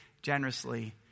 Generously